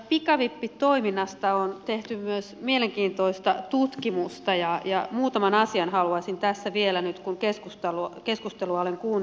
pikavippitoiminnasta on tehty myös mielenkiintoista tutkimusta ja muutaman asian haluaisin tässä vielä nyt kun keskustelua olen kuunnellut ottaa esille